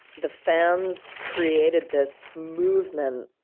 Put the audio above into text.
the fans created this movement